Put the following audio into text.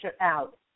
out